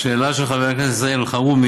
לשאלה של חבר הכנסת אלחרומי: